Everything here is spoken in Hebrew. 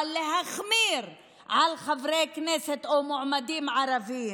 אבל להחמיר עם חברי כנסת או מועמדים ערבים.